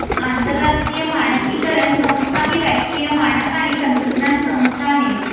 आंतरराष्ट्रीय मानकीकरण संस्था ही राष्ट्रीय मानक आणि तंत्रज्ञान संस्था आहे